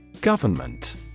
Government